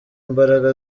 mbaraga